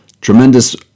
Tremendous